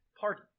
party